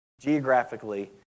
geographically